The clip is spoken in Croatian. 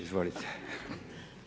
Izvolite.